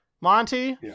Monty